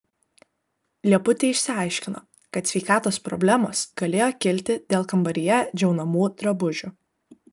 lieputė išsiaiškino kad sveikatos problemos galėjo kilti dėl kambaryje džiaunamų drabužių